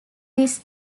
this